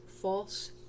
false